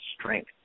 strength